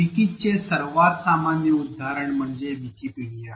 विकीचे सर्वात सामान्य उदाहरण म्हणजे विकिपीडिया